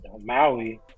Maui